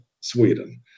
Sweden